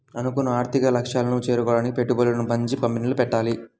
అనుకున్న ఆర్థిక లక్ష్యాలను చేరుకోడానికి పెట్టుబడులను మంచి కంపెనీల్లో పెట్టాలి